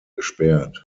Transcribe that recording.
gesperrt